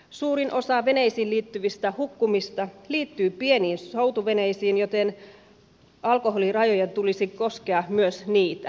suurin osa veneisiin liittyvistä hukkumisista liittyy pieniin soutuveneisiin joten alkoholirajojen tulisi koskea myös niitä